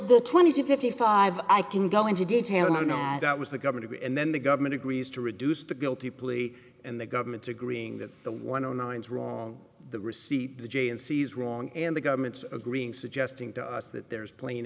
were twenty to fifty five i can go into detail i know that was the governor and then the government agrees to reduce the guilty plea and the government's agreeing that the one zero nine zero the receipt the j and c's wrong and the government's agreeing suggesting to us that there is plain